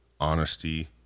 honesty